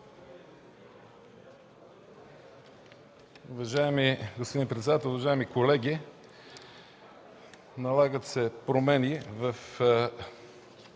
Уважаеми господин председател, уважаеми колеги, налагат се промени в